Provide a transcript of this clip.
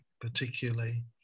particularly